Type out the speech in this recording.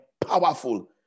powerful